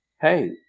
Hey